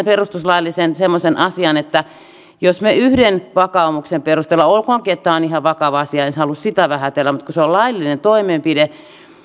perustuslaillisen asian että jos me päätämme yhden vakaumuksen perusteella olkoonkin että tämä on ihan vakava asia en halua sitä vähätellä mutta kun se on laillinen toimenpide